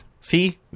See